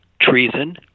Treason